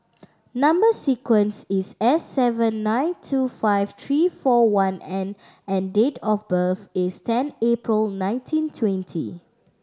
number sequence is S seven nine two five three four one N and date of birth is ten April nineteen twenty